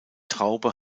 traube